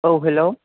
औ हेल्ल'